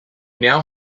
now